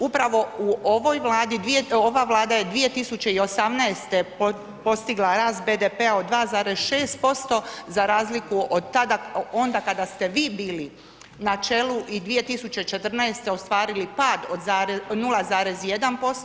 Upravo u ovoj Vladi, ova Vlada je 2018. postigla rast BDP-a od 2,6% za razliku od tada, onda kada ste vi bili na čelu i 2014. ostvarili pad od 0,1%